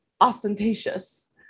ostentatious